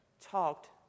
talked